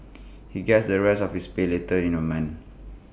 he gets the rest of his pay later in A month